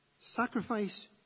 Sacrifice